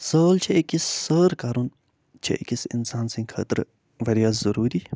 سٲل چھِ أکِس سٲر کَرُن چھِ أکِس اِنسان سٕنٛدۍ خٲطرٕ وارِیاہ ضُروٗری